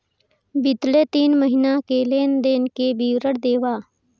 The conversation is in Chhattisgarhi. बितले तीन महीना के लेन देन के विवरण देवा?